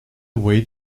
wait